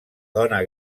dona